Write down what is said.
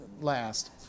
last